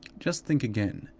just think again.